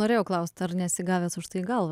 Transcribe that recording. norėjau klausti ar nesi gavęs už tai į galvą